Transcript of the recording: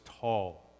tall